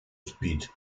speed